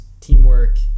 teamwork